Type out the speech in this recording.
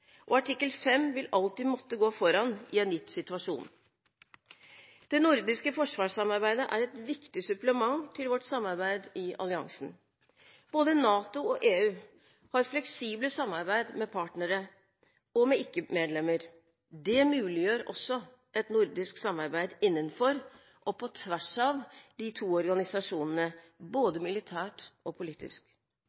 og artikkel 5 vil alltid måtte gå foran i en gitt situasjon. Det nordiske forsvarssamarbeidet er et viktig supplement til vårt samarbeid i alliansen. Både NATO og EU har fleksibelt samarbeid med partnere og med ikke-medlemmer. Det muliggjør også et nordisk samarbeid innenfor og på tvers av de to organisasjonene,